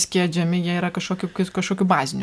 skiedžiami jie yra kažkokiu kažkokiu baziniu